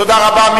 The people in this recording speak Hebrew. תודה רבה.